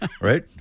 Right